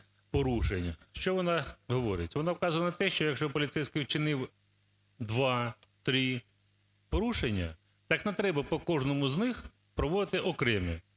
Що вона говорить? Вона вказує на те, що якщо поліцейський учинив 2-3 порушення, так не треба по кожному з них проводити окремі,